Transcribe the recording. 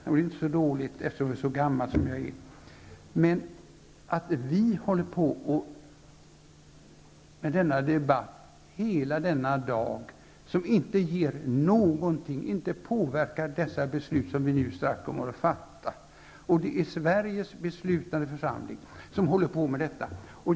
Det är väl inte så dåligt, så gammal som jag är! Men vi har hållit på att debattera hela denna dag, och vi har inte påverkat de beslut vi strax skall fatta. Det är Sveriges beslutande församling som håller på med detta.